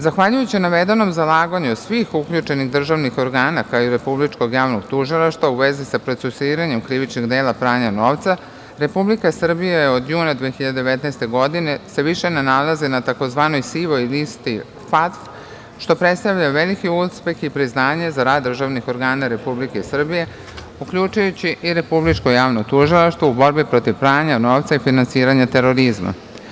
Zahvaljujući navedenom zalaganju svih uključenih državnih organa, kao i Republičkog javnog tužilaštva u vezi sa procesuiranjem krivičnih dela pranja novca, Republika Srbija se od juna 2019. godine više ne nalazi na tzv. sivoj listi FATF, što predstavlja veliki uspeh i priznanje za rad državnih organa Republike Srbije, uključujući i Republičko javno tužilaštvo, u borbi protiv pranja novca i finansiranja terorizma.